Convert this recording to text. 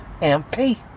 MP